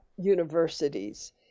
universities